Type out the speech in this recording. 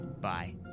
bye